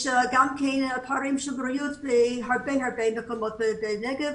יש גם כן פערי בריאות בהרבה הרבה מקומות בנגב,